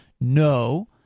no